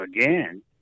again